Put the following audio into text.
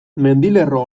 mendilerro